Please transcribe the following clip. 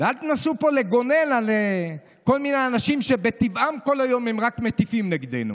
ואל תנסו פה לגונן על כל מיני אנשים שבטבעם כל היום הם רק מטיפים נגדנו.